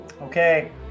Okay